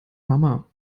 mama